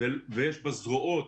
ויש בה זרועות,